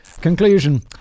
conclusion